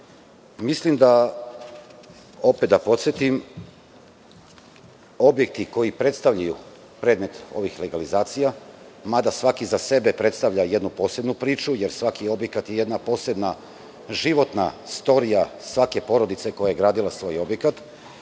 mora ukinuti. Da podsetim, objekti koji predstavljaju predmet ovih legalizacija, mada svaki za sebe predstavlja jednu posebnu priču, jer svaki objekat je jedna posebna životna storija svake porodice koja je gradila svoj objekat,